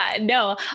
No